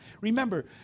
remember